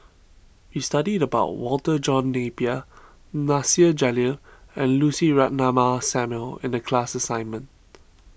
we studied about Walter John Napier Nasir Jalil and Lucy Ratnammah Samuel in the class assignment